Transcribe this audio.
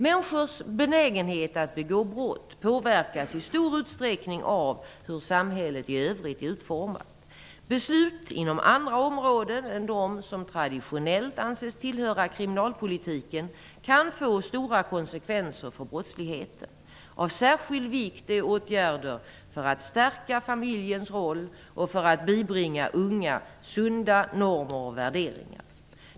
Människors benägenhet att begå brott påverkas i stor utsträckning av hur samhället i övrigt är utformat. Beslut inom andra områden än dem som traditionellt anses tillhöra kriminalpolitiken kan få stora konsekvenser för brottsligheten. Av särskild vikt är åtgärder för att stärka familjens roll och för att bibringa unga sunda normer och värderingar.